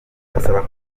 basaba